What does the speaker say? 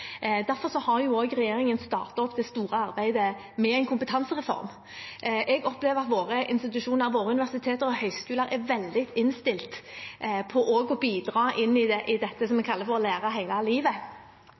Derfor har regjeringen startet opp det store arbeidet med en kompetansereform. Jeg opplever at våre institusjoner, våre universiteter og høyskoler er veldig innstilt på å bidra inn i dette som vi